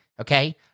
okay